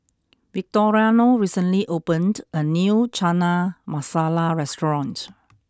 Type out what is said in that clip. Victoriano recently opened a new Chana Masala restaurant